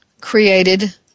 created